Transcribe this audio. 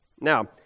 Now